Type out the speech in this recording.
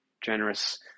generous